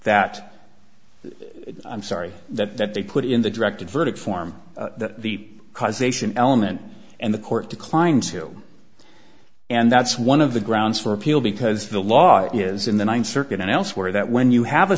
that i'm sorry that they put in the directed verdict form the causation element and the court declined to and that's one of the grounds for appeal because the law is in the ninth circuit and elsewhere that when you have a